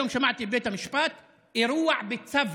היום שמעתי בבית המשפט: אירוע בצוותא,